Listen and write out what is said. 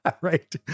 Right